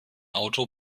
auto